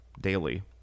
daily